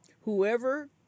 Whoever